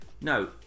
no